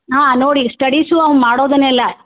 ಹಾಂ ನೋಡಿ ಸ್ಟಡೀಸು ಅವ್ನು ಮಾಡೋದನ್ನೆಲ್ಲ